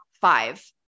five